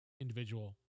individual